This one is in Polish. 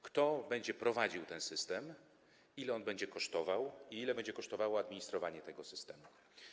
Kto będzie prowadził ten system, ile on będzie kosztował i ile będzie kosztowało administrowanie tym systemem?